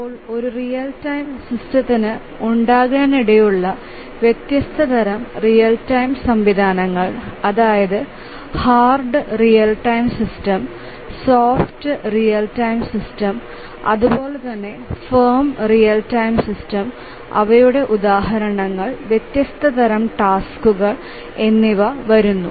അപ്പോൾ ഒരു real time സിസ്റ്റത്തിന് ഉണ്ടാകാനിടയുള്ള വ്യത്യസ്ത തരം റിയൽ ടൈം സംവിധാനങ്ങൾ അതായത് hard real time system soft real time system അതുപോലെതന്നെ ഫേർമ് റിയൽ ടൈം സിസ്റ്റം അവയുടെ ഉദാഹരണങ്ങൾ വ്യത്യസ്ത തരം ടാസ്ക്കുകൾ എന്നിവ വരുന്നു